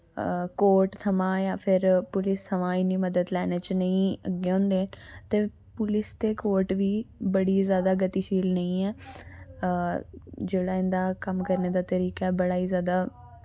court थमां यां फिर पुलिस थमां इन्नी मदद लैने च नेईं अग्गैं होंदे ते पुलिस ते कोर्ट वी बड़ी जैदा गतिशील नेईं ऐ जेह्ड़ा इं'दा कम्म करने दा तरीका ऐ बड़ा ही जैदा